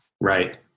Right